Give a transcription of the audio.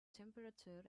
temperature